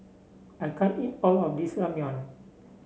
I can't eat all of this Ramyeon